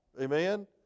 Amen